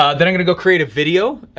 ah then i'm gonna go create a video.